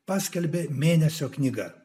paskelbė mėnesio knyga